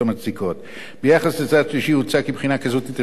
ביחס לצד שלישי הוצע כי בחינה כזו תתאפשר אם בחינתה על-פי הסדר